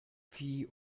fee